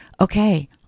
Okay